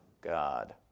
God